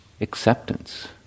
acceptance